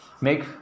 Make